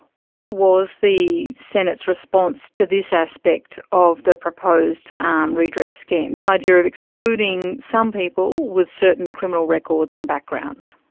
what was the senate's response to this aspect of the proposed um redress scheme, the idea of excluding some people with certain criminal records and backgrounds?